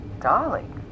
Darling